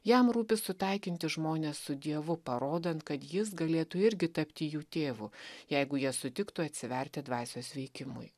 jam rūpi sutaikinti žmones su dievu parodant kad jis galėtų irgi tapti jų tėvu jeigu jie sutiktų atsiverti dvasios veikimui